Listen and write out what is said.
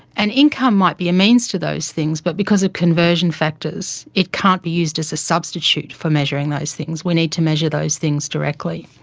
and income might be a means to those things, but because of conversion factors, it can't be used as a substitute for measuring those things. we need to measure those things directly.